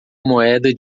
moeda